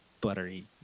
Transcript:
buttery